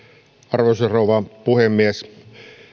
arvoisa rouva puhemies